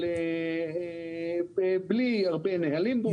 אבל בלי הרבה נהלים ברורים.